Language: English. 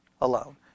alone